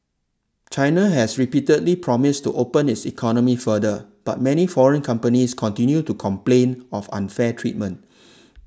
China has repeatedly promised to open its economy further but many foreign companies continue to complain of unfair treatment